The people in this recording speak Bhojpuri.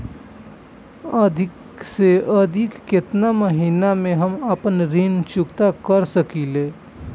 अधिक से अधिक केतना महीना में हम आपन ऋण चुकता कर सकी ले?